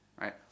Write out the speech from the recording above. right